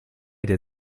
der